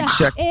check